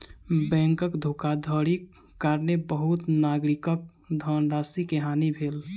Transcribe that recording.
बैंकक धोखाधड़ीक कारणेँ बहुत नागरिकक धनराशि के हानि भेल